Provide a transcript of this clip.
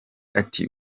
ati